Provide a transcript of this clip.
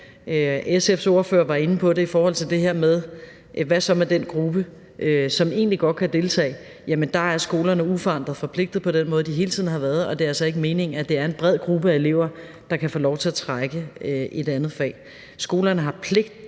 SF's ordfører var inde på det og spurgte til den gruppe, som egentlig godt kan deltage – men der er skolerne uforandrede forpligtede på den måde, som de hele tiden har været. Det er altså ikke meningen, at det er en bred gruppe af elever, der kan få lov til at trække et andet fag. Skolerne har pligt